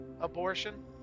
abortion